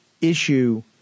issue